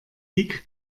dick